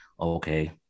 Okay